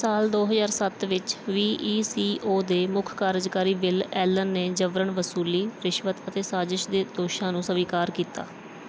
ਸਾਲ ਦੋ ਹਜ਼ਾਰ ਸੱਤ ਵਿੱਚ ਵੀ ਈ ਸੀ ਓ ਦੇ ਮੁੱਖ ਕਾਰਜਕਾਰੀ ਬਿਲ ਐਲਨ ਨੇ ਜਬਰਨ ਵਸੂਲੀ ਰਿਸ਼ਵਤ ਅਤੇ ਸਾਜ਼ਿਸ਼ ਦੇ ਦੋਸ਼ਾਂ ਨੂੰ ਸਵੀਕਾਰ ਕੀਤਾ